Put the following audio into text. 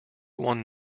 one